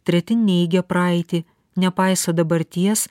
treti neigia praeitį nepaiso dabarties